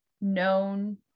known